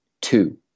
Two